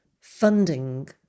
funding